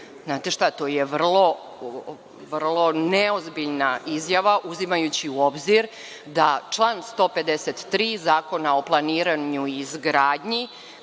to je vrlo neozbiljna izjava, uzimajući u obzir da član 153. Zakona o planiranju i izgradnji